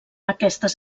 aquestes